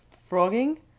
frogging